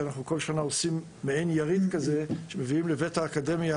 כל שנה אנחנו עושים מעין יריד ומביאים לבית האקדמיה